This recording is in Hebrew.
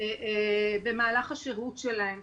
במהלך השהות שלהם.